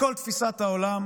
מכל תפיסת העולם